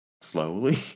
slowly